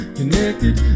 connected